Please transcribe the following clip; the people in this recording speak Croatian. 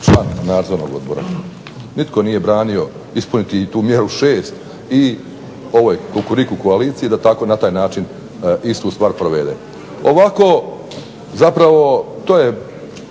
član nadzornog odbora. Nitko nije branio ispuniti i tu mjeru 6 i ovoj Kukuriku koaliciji da tako na taj način istu stvar provede. Ovako zapravo to je